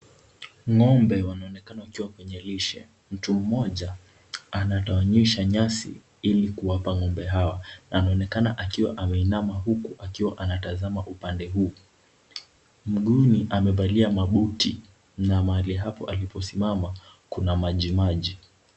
Ng'ombe wanaonekana kuwa kwenye lishe. Mtu mmoja anatawanyisha nyasi ili kuwapa ng'ombe hawa, na anaonekana akiwa ameinama huku akiwa anatazama upande huu. Mguuni amevalia mabuti na mahali hapo aliposimama kuna majimaji.